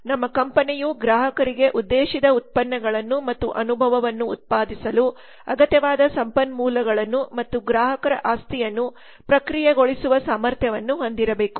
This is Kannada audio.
ನಮ್ಮ ಕಂಪನಿಯು ಗ್ರಾಹಕರಿಗೆ ಉದ್ದೇಶಿತ ಉತ್ಪನ್ನಗಳನ್ನು ಮತ್ತು ಅನುಭವವನ್ನು ಉತ್ಪಾದಿಸಲು ಅಗತ್ಯವಾದ ಸಂಪನ್ಮೂಲಗಳನ್ನು ಮತ್ತು ಗ್ರಾಹಕರ ಆಸ್ತಿಯನ್ನು ಪ್ರಕ್ರಿಯೆಗೊಳಿಸುವ ಸಾಮರ್ಥ್ಯವನ್ನು ಹೊಂದಿರಬೇಕು